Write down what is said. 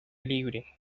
libre